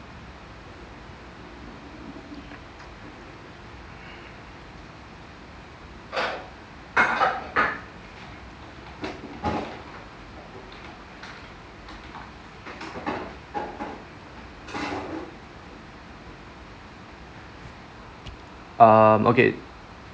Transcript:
um okay